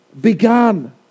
began